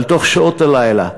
אל תוך שעות הלילה,